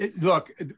look